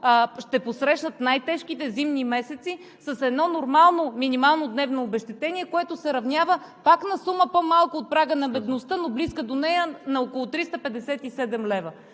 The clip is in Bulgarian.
ще посрещнат най-тежките зимни месеци с едно нормално минимално дневно обезщетение, което се равнява пак на сума, по-малка от прага на бедността, но близка до нея – на около 357 лв.